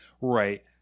right